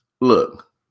Look